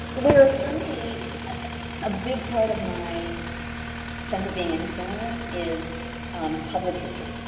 whereas for me, a big part of my sense of being a historian is public history,